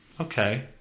Okay